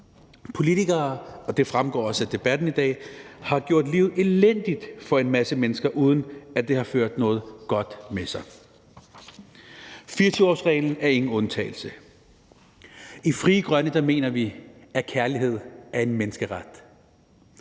Politikere – og det fremgår også af debatten i dag – har gjort livet elendigt for en masse mennesker, uden at det har ført noget godt med sig. 24-årsreglen er ingen undtagelse. I Frie Grønne mener vi, at kærlighed er en menneskeret.